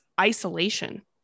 isolation